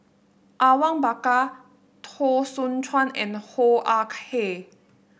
Awang Bakar Teo Soon Chuan and Hoo Ah Kay